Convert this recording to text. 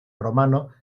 romanos